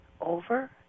over